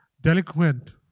delinquent